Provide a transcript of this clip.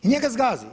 I njega zgazi.